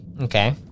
okay